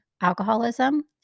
alcoholism